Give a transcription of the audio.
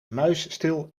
muisstil